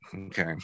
okay